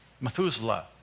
Methuselah